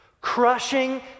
crushing